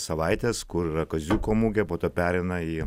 savaites kur yra kaziuko mugė po to pereina į